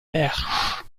perche